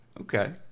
Okay